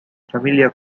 familia